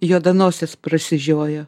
juodanosis prasižiojo